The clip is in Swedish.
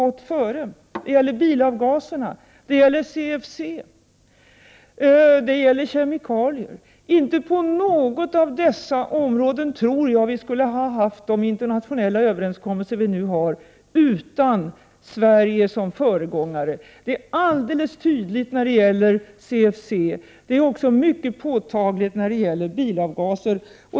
Det gäller bilavgaser, CFC och kemikalier. Inte på något av dessa områden tror jag att vi skulle ha haft de internationella överenskommelser vi nu har utan Sverige som föregångare. Det är alldeles tydligt när det gäller CFC. Det är också mycket påtagligt beträffande bilavgaserna.